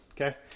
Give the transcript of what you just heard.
okay